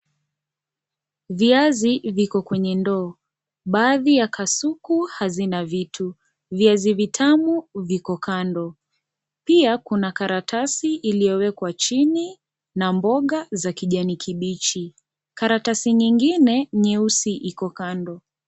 Viazi viko kwenye ndoo baadhi ya kasuku hazina vitu, viazi vitamu viko kando, pia kuna karatasi iliyowekwa chini na mboga za kijani kibichi . Karatasi nyingine nyeusi iko Kando.